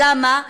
למה?